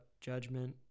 judgment